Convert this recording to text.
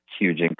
huge